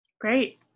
Great